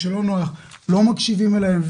כשלא נוח לא מקשיבים להם,